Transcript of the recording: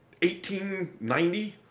1890